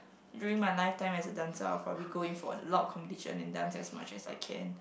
during my lifetime as a dancer I'll probably go in for a lot of competition and dance as much as I can